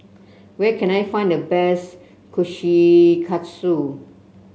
where can I find the best Kushikatsu